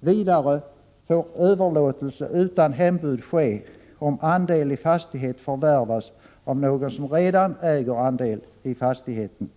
Vidare får överlåtelse utan hembud ske om andel i fastighet förvärvas av någon som redan äger andel i fastigheten.